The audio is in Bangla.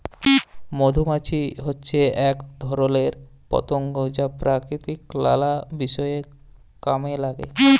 মধুমাছি হচ্যে এক ধরণের পতঙ্গ যা প্রকৃতির লালা বিষয় কামে লাগে